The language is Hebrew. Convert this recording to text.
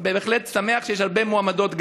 ובהחלט שמח שיש גם הרבה מועמדות.